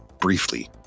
briefly